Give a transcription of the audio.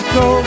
go